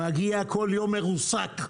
מגיע כל יום מרוסק,